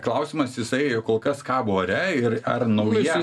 klausimas jisai kol kas kabo ore ir ar nauja